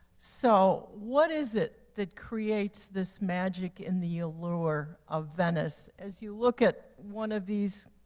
so, what is it that creates this magic and the allure of venice? as you look at one of these,